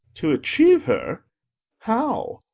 to achieve her how?